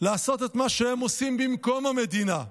לעשות את מה שהם עושים במקום המדינה.